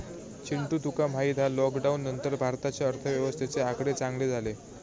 चिंटू तुका माहित हा लॉकडाउन नंतर भारताच्या अर्थव्यवस्थेचे आकडे चांगले झाले